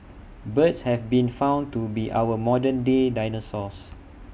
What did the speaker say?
birds have been found to be our modern day dinosaurs